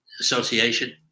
Association